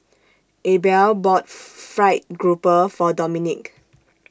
Abel bought Fried Grouper For Dominque